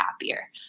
happier